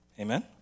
Amen